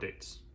updates